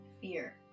fear